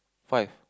five